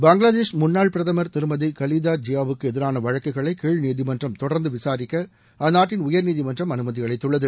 பங்களாதேஷ் முன்னாள் பிரதமா் திருமதி கலிதா ஜியாவுக்கு எதிரான வழக்குகளை கீழ் நீதிமன்றம் தொடர்ந்து விசாரிக்க அந்நாட்டின் உயர்நீதிமன்றம் அனுமதி அளித்துள்ளது